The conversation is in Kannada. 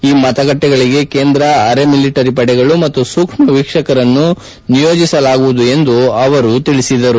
ಈ ಮತಗಟ್ಟಿಗಳಿಗೆ ಕೇಂದ್ರ ಅರೆಮಿಲಿಟರಿ ಪಡೆಗಳು ಮತ್ತು ಸೂಕ್ಷ್ಮ ವೀಕ್ಷಕರನ್ನು ನಿಯೋಜಿಸಲಾಗುವುದು ಎಂದು ಅವರು ಹೇಳಿದರು